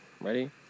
ready